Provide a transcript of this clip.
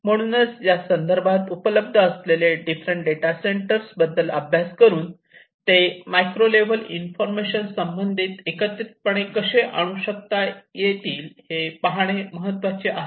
म्हणूनच या संदर्भात उपलब्ध असलेले डिफरंट डेटा सेंटर बद्दल अभ्यास करून ते मायक्रो लेवल इन्फॉर्मेशन संबंधित एकत्रितपणे कसे आणता येतील हे पाहणे महत्त्वाचे आहे